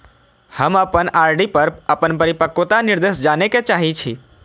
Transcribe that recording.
हम अपन आर.डी पर अपन परिपक्वता निर्देश जाने के चाहि छी